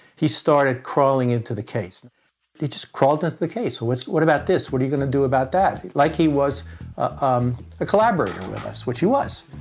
he started crawling into the case. he just crawled into the case, so, what about this? what are you going to do about that? like he was um a collaborator with us, which he was.